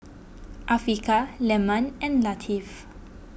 Afiqah Leman and Latif